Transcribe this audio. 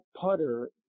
putter